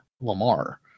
Lamar